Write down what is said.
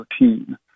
routine